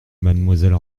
mademoiselle